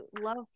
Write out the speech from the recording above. love